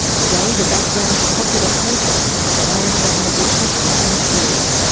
today, the background to popular protest and violent government repression in syria.